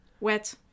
Wet